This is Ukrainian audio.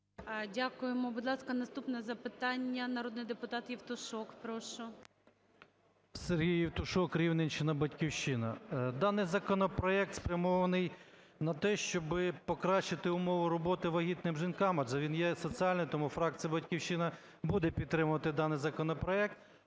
Дякуємо. Будь ласка, наступне запитання – народний депутат Євтушок. Прошу. 11:49:54 ЄВТУШОК С.М. Сергій Євтушок, Рівненщина, "Батьківщина". Даний законопроект спрямований на те, щоб покращити умови роботи вагітним жінкам, адже він є соціальний. Тому фракція "Батьківщина" буде підтримувати даний законопроект.